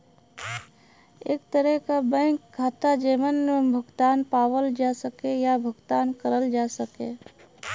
एक तरे क बैंक खाता जेमन भुगतान पावल जा सके या भुगतान करल जा सके